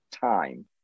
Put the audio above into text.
time